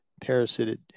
parasitic